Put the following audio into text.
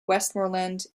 westmorland